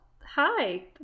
hi